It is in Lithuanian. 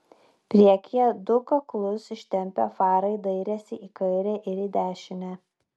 priekyje du kaklus ištempę farai dairėsi į kairę ir į dešinę